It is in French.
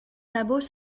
sabots